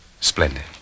Splendid